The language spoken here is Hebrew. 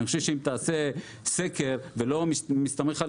אני חושב שאם תעשה סקר ולא תסתמך על